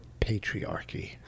patriarchy